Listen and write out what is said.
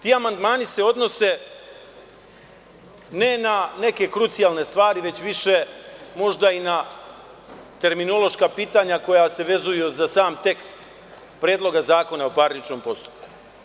Ti amandmani se odnose, ne na neke krucijalne stvari, već više na terminološka pitanja koja se vezuju za sam tekst Predloga zakona o parničnom postupku.